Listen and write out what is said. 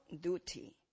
duty